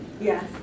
Yes